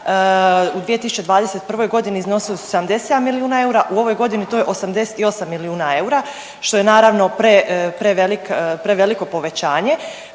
u 2021.g. iznosili su 77 milijuna eura, u ovoj godini to je 88 milijuna eura, što je naravno pre, prevelik,